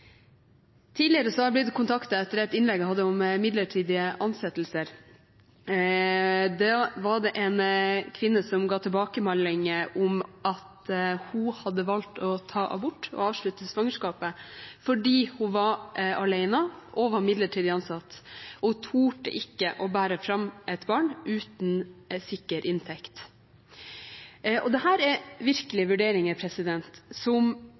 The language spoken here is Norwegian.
Tidligere har jeg blitt kontaktet etter et innlegg jeg hadde om midlertidige ansettelser. Da var det en kvinne som ga tilbakemelding om at hun hadde valgt å ta abort, avslutte svangerskapet, fordi hun var alene og var midlertidig ansatt. Hun turte ikke å bære fram et barn, uten sikker inntekt. Dette er virkelige vurderinger som